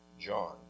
John